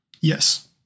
Yes